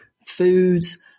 Foods